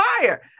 fire